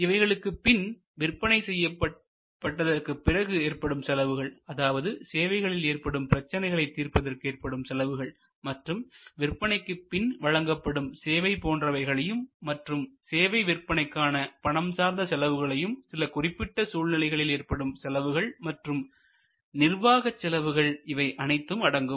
இவைகளுக்கு பின் விற்பனை செய்யப்பட்டதற்கு பிறகு ஏற்படும் செலவுகள் அதாவது சேவைகளில் ஏற்படும் பிரச்சனைகளை தீர்ப்பதற்கு ஏற்படும் செலவுகள் மற்றும் விற்பனைக்கு பின் வழங்கப்படும் சேவை போன்றவைகளையும் மற்றும் சேவை விற்பனைக்கான பணம் சார்ந்த செலவுகளையும் சில குறிப்பிட்ட சூழ்நிலைகளில் ஏற்படும் செலவுகள் மற்றும் நிர்வாகச் செலவுகள் இவை அனைத்தும் அடங்கும்